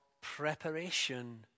preparation